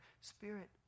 Spirit